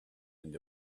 and